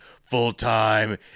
full-time